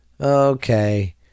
Okay